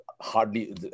hardly